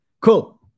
cool